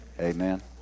Amen